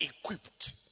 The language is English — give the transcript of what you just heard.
equipped